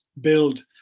build